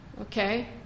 Okay